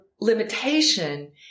limitation